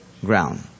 ground